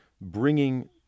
bringing